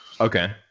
okay